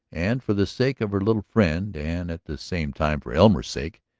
and for the sake of her little friend, and at the same time for elmer's sake,